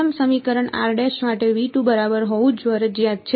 પ્રથમ સમીકરણ માટે બરાબર હોવું ફરજિયાત છે